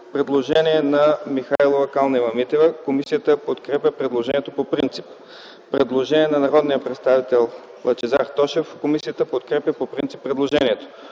представители Михайлова и Калнева-Митева. Комисията подкрепя предложението по принцип. Предложение на народния представител Лъчезар Тошев. Комисията подкрепя по принцип предложението.